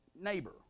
neighbor